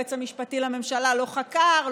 היועץ המשפטי לממשלה לא חקר,